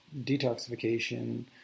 detoxification